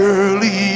early